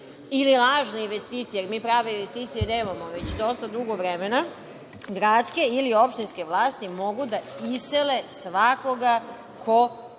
i lažne investicije, jer mi prave investicije nemamo već dosta dugo vremena, gradske ili opštinske vlasti mogu da isele svakoga ko